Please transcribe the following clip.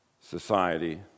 society